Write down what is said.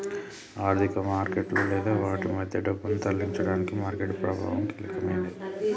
ఆర్థిక మార్కెట్లలో లేదా వాటి మధ్య డబ్బును తరలించడానికి మార్కెట్ ప్రభావం కీలకమైనది